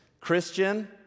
Christian